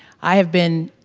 i have been,